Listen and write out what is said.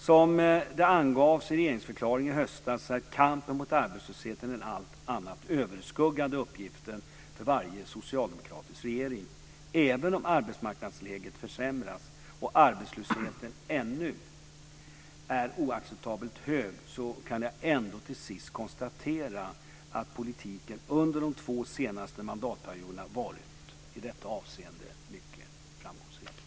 Som det angavs i regeringsförklaringen i höstas är kampen mot arbetslösheten den allt annat överskuggande uppgiften för varje socialdemokratisk regering. Även om arbetsmarknadsläget försämrats och arbetslösheten ännu är oacceptabelt hög kan jag ändå till sist konstatera att politiken under de två senaste mandatperioderna i detta avseende varit mycket framgångsrik.